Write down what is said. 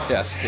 Yes